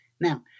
Now